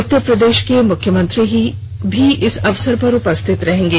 उत्तर प्रदेश के मुख्यमंत्री भी इस अवसर पर उपस्थित रहेंगे